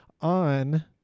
on